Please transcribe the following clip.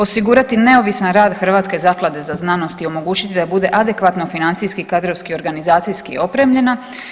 Osigurati neovisan rad Hrvatske zaklade za znanost i omogućiti da bude adekvatno financijski i kadrovski i organizacijski opremljena.